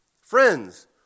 Friends